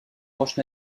roche